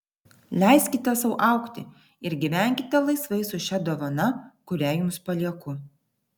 leiskite sau augti ir gyvenkite laisvai su šia dovana kurią jums palieku